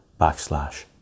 backslash